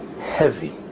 heavy